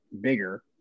bigger